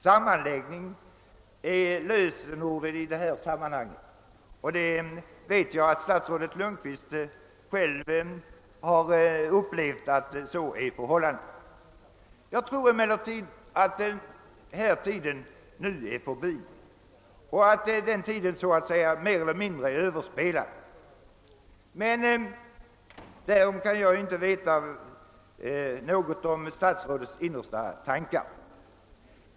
Sammanlägg ningar är lösenordet i detta sammanhang; jag vet att statsrådet Lundkvist själv har upplevt att så är förhållandet. Jag tror att den tid då detta gällde nu är förbi, men jag kan naturligtvis inte veta något om statsrådets innersta tankar.